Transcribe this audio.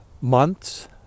months